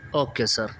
okay sir